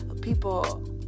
people